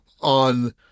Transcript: on